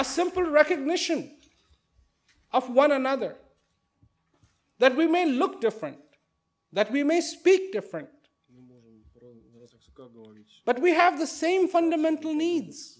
a simple recognition of one another that we may look different that we may speak different but we have the same fundamental needs